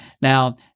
Now